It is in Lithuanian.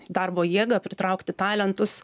darbo jėgą pritraukti talentus